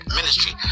ministry